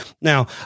Now